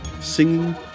singing